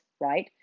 Right